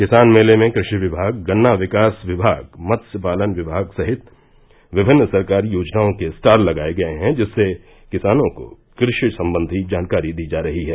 किसान मेले में कृषि विभाग गन्ना विकास विभाग मत्स्य पालन विभाग सहित विभिन्न सरकारी योजनाओं के स्टाल लगाये गये हैं जिससे किसानों को कृषि सम्बन्धी जानकारी दी जा रही है